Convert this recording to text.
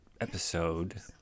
episode